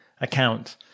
account